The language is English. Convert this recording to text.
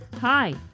Hi